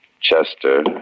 Chester